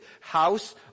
House